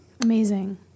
Amazing